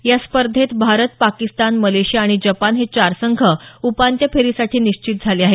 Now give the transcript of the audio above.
या स्पर्धेत भारत पाकिस्तान मलेशिया आणि जपान हे चार संघ उपान्त्य फेरीसाठी निश्चित झाले आहेत